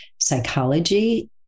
Psychology